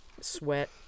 sweat